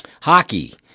Hockey